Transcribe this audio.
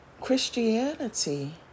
Christianity